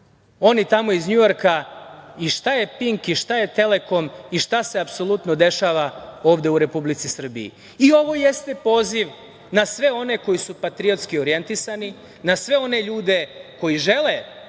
oni tamo iz Njujorka i šta je „Pink“ i šta je „Telekom“ i šta se apsolutno dešava ovde u Republici Srbiji. Ovo jeste poziv na sve one koji su patriotski orjentisani na sve one ljude koji žele